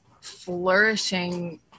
flourishing